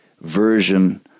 version